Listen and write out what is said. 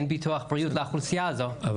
אין ביטוח בריאות לאוכלוסייה הזו,